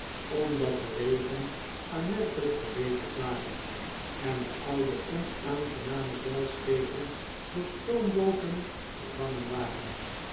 omdat de wegen aanmerkelijk verbeterd waren en de oude onaangename zeilschepen door stoombooten vervangen waren